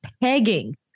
pegging